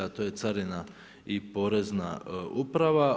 To je carina i Porezna uprava.